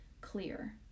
clear